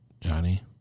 Johnny